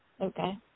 okay